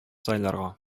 сайларга